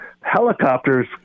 helicopters